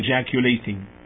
ejaculating